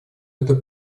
это